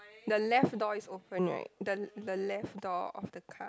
the left door is open right the the left door of the car